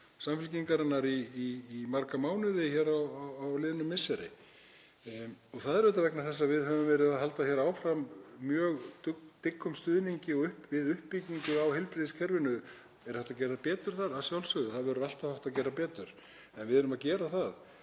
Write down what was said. Samfylkingarinnar í marga mánuði hér á liðnu misseri. En það er auðvitað vegna þess að við höfum verið að halda hér áfram mjög dyggum stuðningi við uppbyggingu á heilbrigðiskerfinu. Er hægt að gera betur? Að sjálfsögðu og það verður alltaf hægt að gera betur en við erum að gera það.